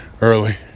early